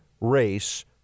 race